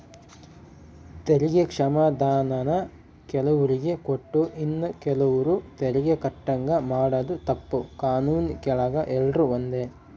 ತೆರಿಗೆ ಕ್ಷಮಾಧಾನಾನ ಕೆಲುವ್ರಿಗೆ ಕೊಟ್ಟು ಇನ್ನ ಕೆಲುವ್ರು ತೆರಿಗೆ ಕಟ್ಟಂಗ ಮಾಡಾದು ತಪ್ಪು, ಕಾನೂನಿನ್ ಕೆಳಗ ಎಲ್ರೂ ಒಂದೇ